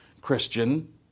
christian